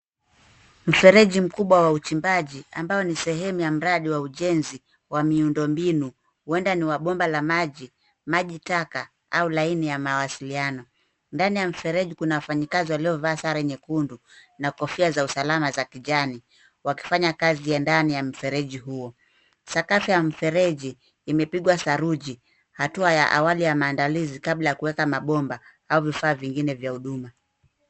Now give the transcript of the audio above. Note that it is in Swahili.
Mferereji mkubwa wa uchimbaji ambao ni sehemu ya mradi wa ujenzi wa miundo mbinu. Huenda ni wa bomba la maji, maji taka au laini ya mawasiliano. Ndani ya mfereji kuna wafanyikazi waliovaa sare nyekundu na kofia za usalama za kijani wakifanya kazi ndani ya mfereji huo .Sakafu ya mfereji imepigwa saruji. Hatua ya awali ya maandalizi kabla ya kuweka mabomba au vifaa vingine vya huduma.